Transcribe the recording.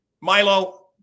Milo